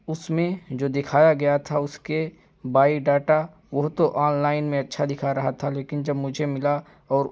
اس میں جو دکھایا گیا تھا اس کے بائی ڈاٹا وہ تو آن لائن میں اچھا دکھا رہا تھا لیکن جب مجھے ملا اور